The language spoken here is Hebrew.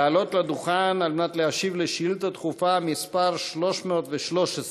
לעלות לדוכן על מנת להשיב על שאילתה דחופה מס' 313,